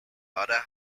other